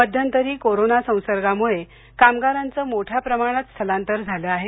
मध्यंतरी कोरोना संसर्गामुळे कामगारांचे मोठ्या प्रमाणात स्थलांतर झाले आहे